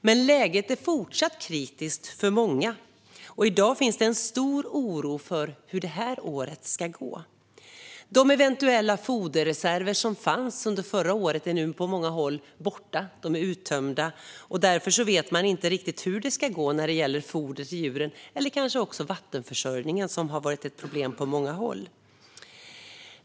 Men läget är fortsatt kritiskt för många, och i dag finns en stor oro för hur det ska gå det här året. De eventuella foderreserver som fanns under förra året är nu på många håll borta. De är uttömda, och därför vet man inte riktigt hur det ska gå när det gäller foder till djuren och kanske också när det gäller vattenförsörjningen som har varit ett problem på många håll.